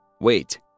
Wait